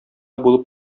булып